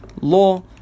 law